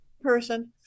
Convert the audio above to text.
person